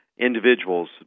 individuals